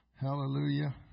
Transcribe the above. Hallelujah